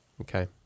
Okay